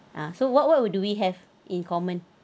ah so what what would do we have in common